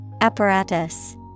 Apparatus